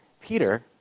Peter